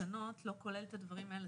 לתקנות לא כולל את הדברים האלה,